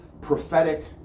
prophetic